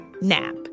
NAP